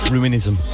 Ruinism